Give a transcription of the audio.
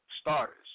starters